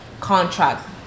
contract